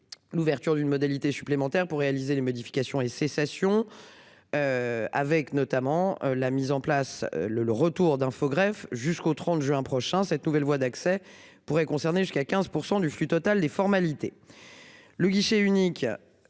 L'ouverture d'une modalité supplémentaires pour réaliser les modifications et cessation. Avec notamment la mise en place le le retour d'un faux grève jusqu'au 30 juin prochain. Cette nouvelle voie d'accès pourrait concerner jusqu'à 15% du flux total des formalités.